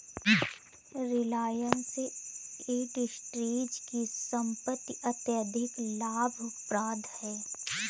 Reliance Industries की संपत्ति अत्यधिक लाभप्रद है